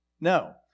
No